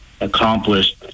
accomplished